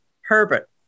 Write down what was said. Herbert